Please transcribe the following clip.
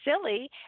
silly